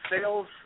sales